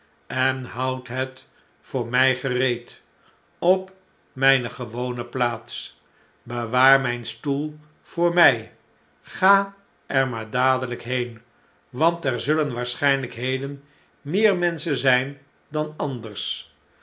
en houd het voor mjj gereed op mjjne gewone plaats bewaar mjjn stoel voor mjj ga er maar dadeljjk heen want er zullen waarschijnlijk heden meer menschen zfln dan anders